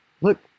look